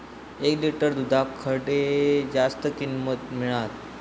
एक लिटर दूधाक खडे जास्त किंमत मिळात?